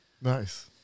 Nice